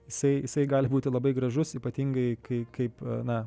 jisai jisai gali būti labai gražus ypatingai kaip kaip na